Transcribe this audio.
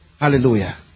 Hallelujah